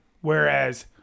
Whereas